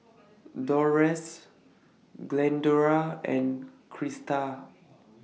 Dolores Glendora and Krista